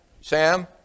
Sam